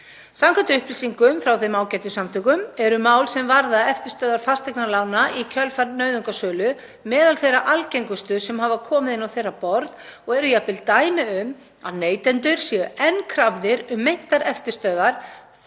Samkvæmt upplýsingum frá þeim ágætu samtökum eru mál sem varða eftirstöðvar fasteignalána í kjölfar nauðungarsölu meðal þeirra algengustu sem hafa komið inn á þeirra borð og eru jafnvel dæmi um að neytendur séu enn krafðir um meintar eftirstöðvar